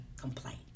complaint